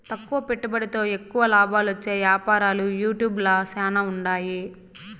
తక్కువ పెట్టుబడితో ఎక్కువ లాబాలొచ్చే యాపారాలు యూట్యూబ్ ల శానా ఉండాయి